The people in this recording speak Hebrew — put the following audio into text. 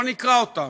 אבל אני אקרא אותם,